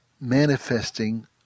manifesting